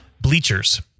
Bleachers